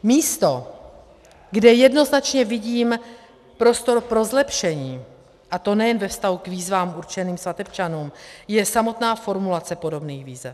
Místo, kde jednoznačně vidím prostor pro zlepšení, a to nejen ve vztahu k výzvám určeným svatebčanům, je samotná formulace podobných výzev.